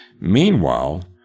Meanwhile